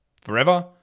forever